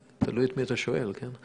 תלוי את מי אתה שואל, כן?